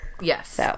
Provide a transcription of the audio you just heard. Yes